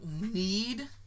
need